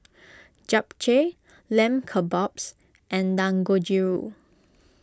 Japchae Lamb Kebabs and Dangojiru